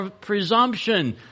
presumption